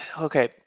okay